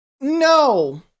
no